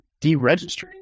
deregistering